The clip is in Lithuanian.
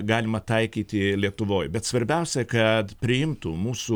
galima taikyti lietuvoj bet svarbiausia kad priimtų mūsų